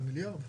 זה מיליארד שקל.